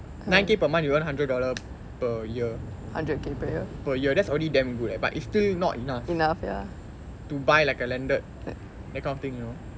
nine K per month you earn hundred dollar per year per year that's already damn good eh but it's still not enough to buy like a landed that kind of thing you know